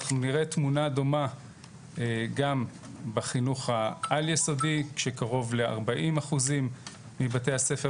אנחנו נראה תמונה דומה גם בחינוך העל יסודי שקרוב ל-40% מבתי הספר